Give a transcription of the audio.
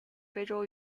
非洲